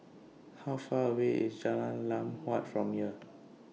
How Far away IS Jalan Lam Huat from here